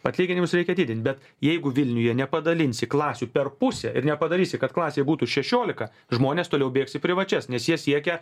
atlyginimus reikia didint bet jeigu vilniuje nepadalinsi klasių per pusę ir nepadarysi kad klasėj būtų šešiolika žmonės toliau bėgs į privačias nes jie siekia